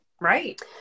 right